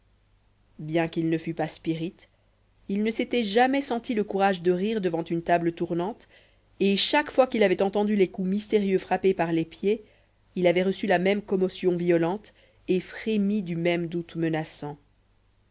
bien qu'il ne fût pas spirite il ne s'était jamais senti le courage de rire devant une table tournante et chaque fois qu'il avait entendu les coups mystérieux frappés par les pieds il avait reçu la même commotion violente et frémi du même doute menaçant